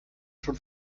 schon